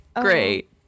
Great